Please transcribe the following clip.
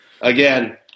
Again